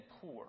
poor